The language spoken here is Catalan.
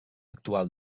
actual